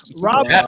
Rob